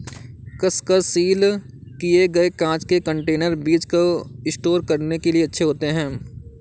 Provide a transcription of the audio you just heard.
कसकर सील किए गए कांच के कंटेनर बीज को स्टोर करने के लिए अच्छे होते हैं